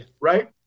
right